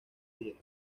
días